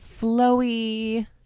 flowy